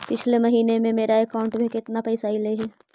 पिछले महिना में मेरा अकाउंट में केतना पैसा अइलेय हे?